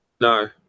No